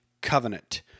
covenant